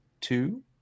two